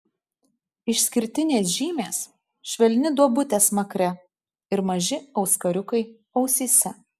išskirtinės žymės švelni duobutė smakre ir maži auskariukai ausyse